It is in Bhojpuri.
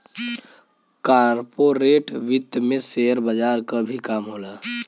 कॉर्पोरेट वित्त में शेयर बजार क भी काम होला